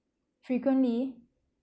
frequently